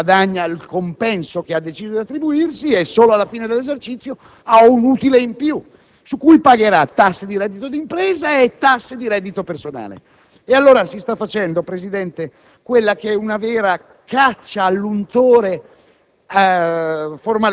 un gioielliere non possa guadagnare come un operaio: effettivamente non è così. Durante l'anno guadagna il compenso che ha deciso di attribuirsi e solo alla fine dell'esercizio ha un utile in più, su cui pagherà le tasse per il reddito d'impresa e le tasse sul reddito personale.